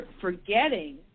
forgetting